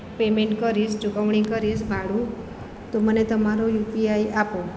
payment કરીશ ચુકવણી કરીસ ભાડું તો મને તમારો યુપીઆઈ આપો